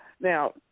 now